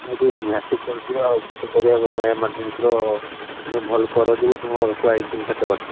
ଭାଇ ଟିକିଏ ନିହାତି କରିଦିଅ ଆଉ କିସ କରିବା ଏମରଜେନ୍ସିର ତୁମେ ଭଲ କର ଯଉ ତୁମ ଘରକୁ ଆଇଛି ସେତେ ବାଟ